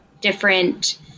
different